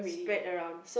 brag around